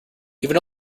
given